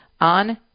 on